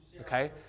okay